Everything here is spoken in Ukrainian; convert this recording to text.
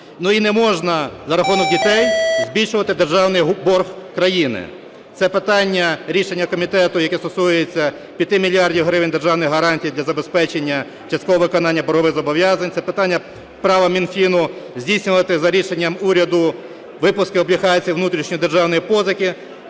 Ну, і не можна за рахунок дітей збільшувати державний борг країни. Це питання, рішення комітету, яке стосується 5 мільярдів гривень державних гарантій для забезпечення часткового виконання боргових зобов'язань, це питання права Мінфіну здійснювати за рішенням уряду випуски облігацій внутрішньодержавної позики.